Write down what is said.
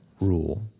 rule